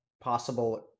possible